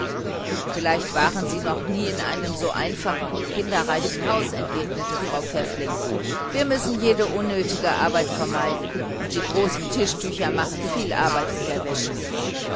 vielleicht waren sie noch nie in einem so einfachen und kinderreichen haus entgegnete frau pfäffling wir müssen jede unnötige arbeit vermeiden und die großen tischtücher machen viel arbeit in der wäsche